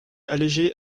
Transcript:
allégé